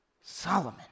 Solomon